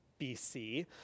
BC